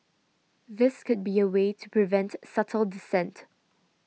this could be a way to prevent subtle dissent